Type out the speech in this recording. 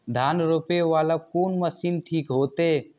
धान रोपे वाला कोन मशीन ठीक होते?